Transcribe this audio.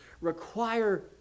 require